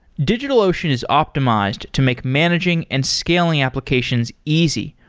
digitalocean is optimized to make managing and scaling applications easy,